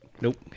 Nope